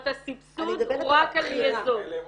זאת אומרת הסבסוד הוא רק על -- אני מדברת על הבחירה.